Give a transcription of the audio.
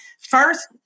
first